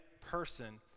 person